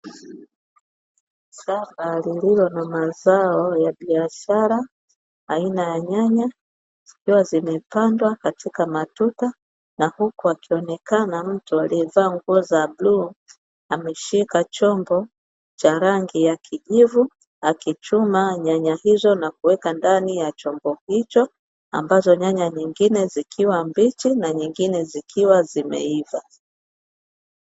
Shamba lililo na mazao ya biashara aina ya nyanya zikiwa zimepandwa katika matuta na huku akionekana mtu aliyevaa nguo za bluu, ameshika chombo cha rangi ya kijivu. akichuma nyanya hizo na kuweka ndani ya chombo hicho ambazo nyanya nyingine zikiwa mbichi na nyingine zikiwa zimeiva.